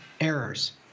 errors